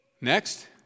Next